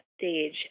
stage